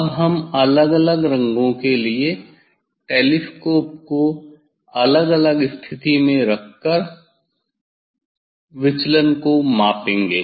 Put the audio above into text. अब हम अलग अलग रंगों के लिए टेलीस्कोप को अलग अलग स्थिति में रखकर विचलन को मापेंगे